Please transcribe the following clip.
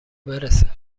برسه